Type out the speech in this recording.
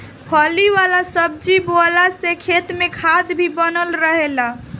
फली वाला सब्जी बोअला से खेत में खाद भी बनल रहेला